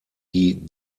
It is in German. die